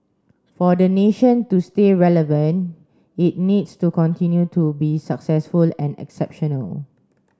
for the nation to stay relevant it needs to continue to be successful and exceptional